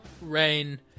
rain